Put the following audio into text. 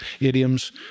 idioms